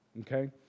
Okay